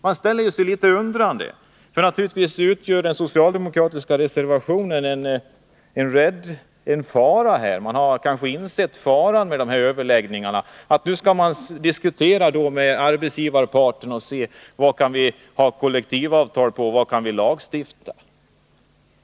Man Nr 34 kan ju undra. Fackföreningarna skall nu allså diskutera med arbetsgivarparten för att utröna vad man kan sluta kollektivavtal om och vad man behöver lagstifta om.